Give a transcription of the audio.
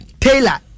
Taylor